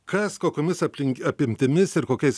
kas kokiomis aplink apimtimis ir kokiais